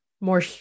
more